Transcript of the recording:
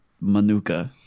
manuka